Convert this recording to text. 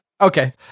Okay